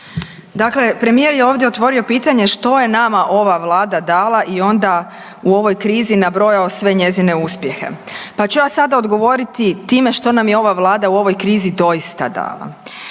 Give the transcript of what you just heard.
Dakle, premijer je ovdje otvorio pitanje što je nama ova Vlada dala i onda u ovoj krizi nabrojao sve njezine uspjehe, pa ću ja sada odgovoriti time što nam je ova Vlada u ovoj krizi doista dala.